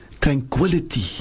tranquility